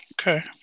Okay